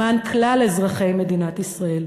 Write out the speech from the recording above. למען כלל אזרחי מדינת ישראל.